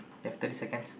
you have thirty seconds